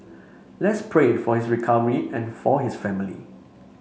let's pray for his recovery and for his family